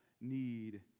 need